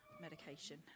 medication